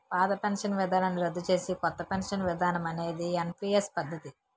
పాత పెన్షన్ విధానాన్ని రద్దు చేసి కొత్త పెన్షన్ విధానం అనేది ఎన్పీఎస్ పద్ధతి